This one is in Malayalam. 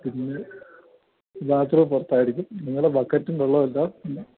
പിന്നെ രാത്രി പുറത്തായിരിക്കും നിങ്ങൾ ബക്കറ്റും വെള്ളവും എല്ലാം പിന്നെ